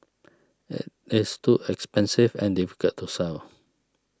it is too expensive and difficult to sell